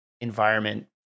environment